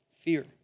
Fear